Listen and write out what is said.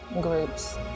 groups